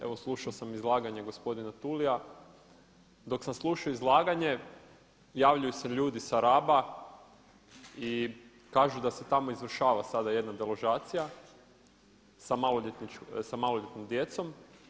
Evo slušao sam izlaganja gospodina Tulia, dok sam slušao izlaganje javljaju se ljudi sa Raba i kažu da se tamo sada izvršava jedna deložacija, sa maloljetnom djecom.